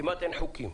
כמעט אין חוקים.